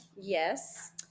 Yes